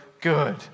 good